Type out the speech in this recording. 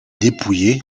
dépouillé